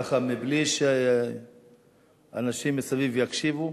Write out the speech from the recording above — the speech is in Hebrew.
ככה מבלי שאנשים מסביב יקשיבו?